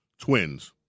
twins